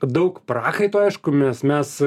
daug prakaito aišku nes mes